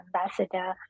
Ambassador